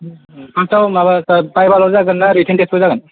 आटसा माबा सार भाइभाल' जागोन ना रिटेन टेस्ट बो जागोन